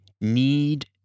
need